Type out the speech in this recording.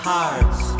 Hearts